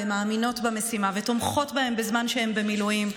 והן מאמינות במשימה ותומכות בהם בזמן שהם במילואים,